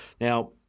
Now